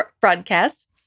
broadcast